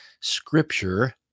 Scripture